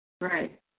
Right